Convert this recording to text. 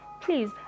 please